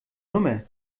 nummer